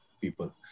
people